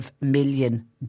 million